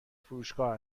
فروشگاه